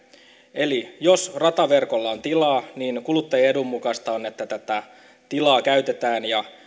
eli jos rataverkolla on tilaa niin kuluttajan edun mukaista on että tätä tilaa käytetään ja